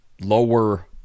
lower